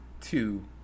two